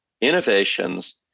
innovations